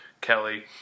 kelly